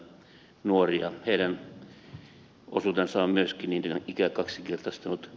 heidän osuutensa on myöskin niin ikään kaksinkertaistunut